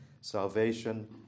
salvation